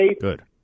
Good